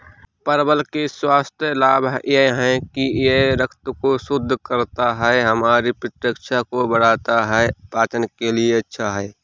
परवल के स्वास्थ्य लाभ यह हैं कि यह रक्त को शुद्ध करता है, हमारी प्रतिरक्षा को बढ़ाता है, पाचन के लिए अच्छा है